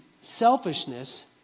selfishness